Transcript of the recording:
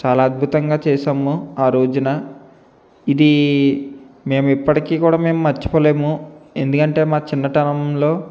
చాలా అద్భుతంగా చేశాము ఆ రోజున ఇదీ మేము ఇప్పటికీ కూడా మేము మర్చిపోలేము ఎందుకంటే మా చిన్నటనంలో